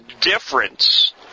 difference